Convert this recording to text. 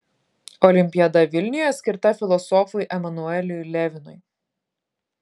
olimpiada vilniuje skirta filosofui emanueliui levinui